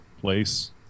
place